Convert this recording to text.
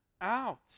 out